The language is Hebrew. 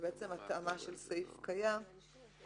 זה התאמה של סעיף קיים לנוסח